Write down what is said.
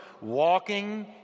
Walking